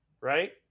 Right